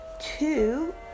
two